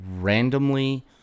Randomly